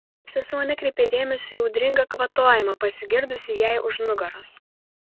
sesuo nekreipė dėmesio į audringą kvatojimą pasigirdusį jai už nugaros